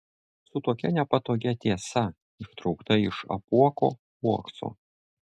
su tokia nepatogia tiesa ištraukta iš apuoko uokso